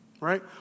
right